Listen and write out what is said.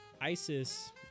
ISIS